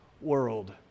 world